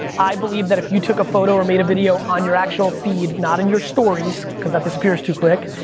i believe that if you took a photo or made a video on your actual feed, not in your stories, cause that disappears too quick,